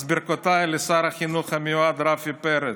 אז ברכותיי לשר החינוך המיועד רפי פרץ.